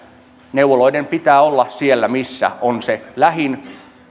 neuvoloiden pitää olla siellä missä on se lähin